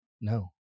No